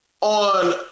On